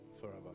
forever